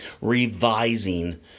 revising